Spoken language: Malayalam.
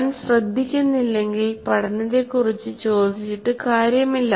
ഞാൻ ശ്രദ്ധിക്കുന്നില്ലെങ്കിൽ പഠനത്തെക്കുറിച്ച് ചോദിച്ചിട്ടു കാര്യമില്ല